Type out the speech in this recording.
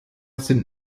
sind